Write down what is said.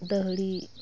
ᱫᱟᱹᱦᱲᱤ